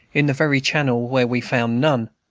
in the very channel where we found none.